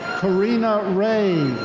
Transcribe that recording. karina reyes.